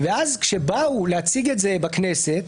ואז כשבאו להציג את זה בכנסת,